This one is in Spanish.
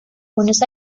buenos